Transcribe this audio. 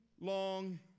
long